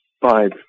five